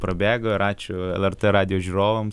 prabėgo ir ačiū lrt radijo žiūrovams